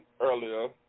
earlier